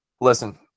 Listen